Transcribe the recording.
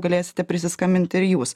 galėsite prisiskambint ir jūs